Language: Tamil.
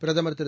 பிரதமர் திரு